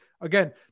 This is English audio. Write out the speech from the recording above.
again